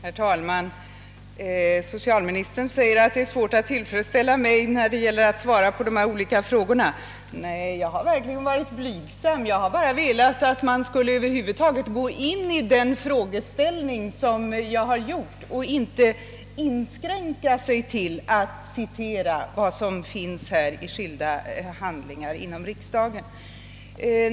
Herr talman! Socialministern säger att det är svårt att tillfredsställa mig när det gäller att svara på dessa olika frågor. Nej, jag har verkligen varit blygsam. Jag har bara velat att han över huvud taget skulle gå in på den fråge ställning som jag har tagit upp och inte inskränka sig till att citera vad som står att läsa i skilda handlingar inom riksdagen.